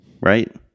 Right